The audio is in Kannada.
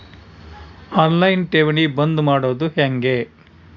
ಆನ್ ಲೈನ್ ಠೇವಣಿ ಬಂದ್ ಮಾಡೋದು ಹೆಂಗೆ?